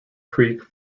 creek